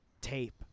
tape